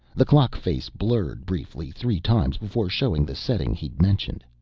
the clock face blurred briefly three times before showing the setting he'd mentioned.